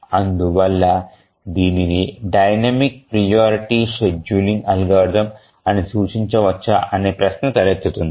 అందువల్ల దీనిని dynamic priority scheduling algorithm అని సూచించవచ్చా అనే ప్రశ్న తలెత్తుతుంది